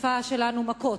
בשפה שלנו "מכות"